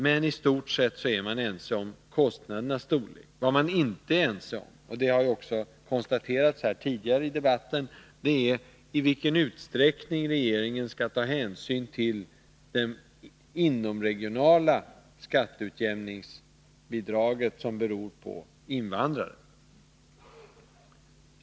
Vad regeringen och kommunen inte är ense om — det har konstaterats tidigare i debatten — är i vilken utsträckning regeringen skall ta hänsyn till att det inomregionala skatteutjämningsbidraget, som Södertälje kommun har fått, till en del beror på invandrarna.